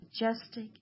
majestic